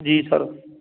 ਜੀ ਸਰ